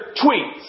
tweets